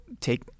take